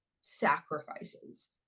sacrifices